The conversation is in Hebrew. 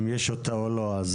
אם יש אותה או לא.